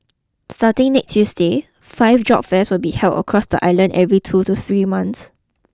starting next Tuesday five job fairs will be held across the island every two to three months